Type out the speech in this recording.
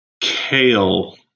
Kale